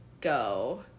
go